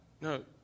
no